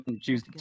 choose